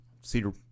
Cedar